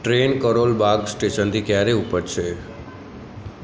train Karol Bagh સ્ટેશનથી ક્યારે ઉપડશે